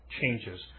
changes